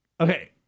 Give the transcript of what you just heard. okay